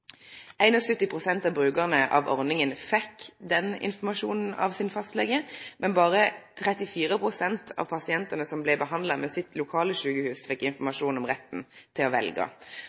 av brukarane av ordninga fekk denne informasjonen av fastlegen sin, medan berre 34 pst. av pasientane som blei behandla ved sitt lokale sjukehus, fekk informasjon om retten til å